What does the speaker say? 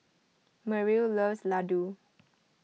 Merrill loves Ladoo